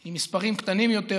עם מספרים קטנים יותר